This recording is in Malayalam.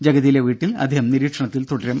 ജഗതിയിലെ വീട്ടിൽ അദ്ദേഹം നിരീക്ഷണത്തിൽ തുടരും